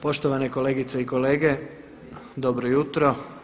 Poštovane kolegice i kolege dobro jutro.